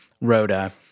Rhoda